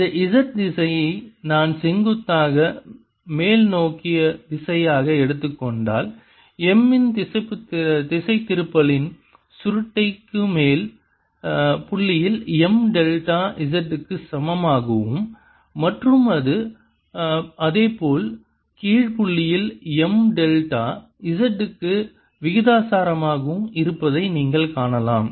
இந்த z திசையை நான் செங்குத்தாக மேல் நோக்கிய திசையாக எடுத்துக் கொண்டால் M இன் திசைதிருப்பலின் சுருட்டை மேல் புள்ளியில் M டெல்டா z க்கு சமமாகவும் மற்றும் அது போல் கீழ் புள்ளியில் M டெல்டா z க்கு விகிதாசாரமாகவும் இருப்பதை நீங்கள் காணலாம்